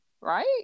right